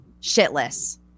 shitless